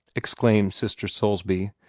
exclaimed sister soulsby,